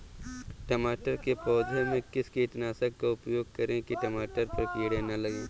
टमाटर के पौधे में किस कीटनाशक का उपयोग करें कि टमाटर पर कीड़े न लगें?